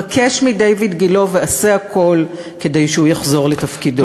בקש מדיויד גילה ועשה הכול כדי שהוא יחזור לתפקידו.